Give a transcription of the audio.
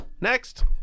Next